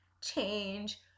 change